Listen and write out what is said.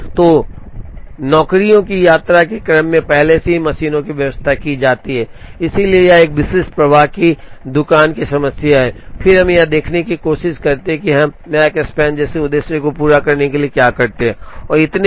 तो नौकरियों की यात्रा के क्रम में पहले से ही मशीनों की व्यवस्था की जाती है इसलिए यह एक विशिष्ट प्रवाह की दुकान की समस्या है और फिर हम यह देखने की कोशिश करते हैं कि हम मकस्पन जैसे उद्देश्यों को पूरा करने के लिए क्या करते हैं और इतने पर